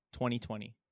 2020